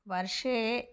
वर्षे